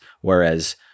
whereas